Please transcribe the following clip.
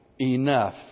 enough